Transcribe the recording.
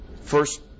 first